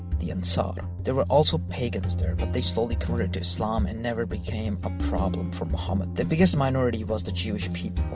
the ansaar. there were also pagans there but they slowly converted to islam and never became a problem for muhammad. the biggest minority was the jewish people.